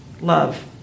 love